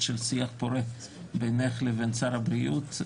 של שיח פורה בינך לבין שר הבריאות.